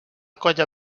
colla